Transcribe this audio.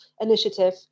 initiative